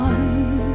One